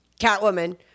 Catwoman